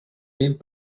vint